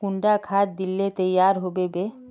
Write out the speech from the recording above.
कुंडा खाद दिले तैयार होबे बे?